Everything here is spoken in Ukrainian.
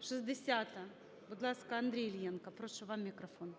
60. Будь ласка, Андрій Іллєнко. Прошу, вам мікрофон.